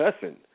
cussing